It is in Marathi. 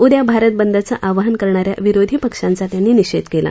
उद्या भारत बंदचं आवाहन करणा या विरोधी पक्षांचा त्यांनी निषेध केला